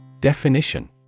Definition